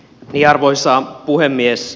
arvoisa puhemies